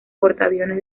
portaaviones